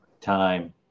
Time